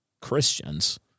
Christians